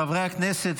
חברי הכנסת,